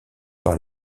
par